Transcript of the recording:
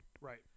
Right